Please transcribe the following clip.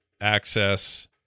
access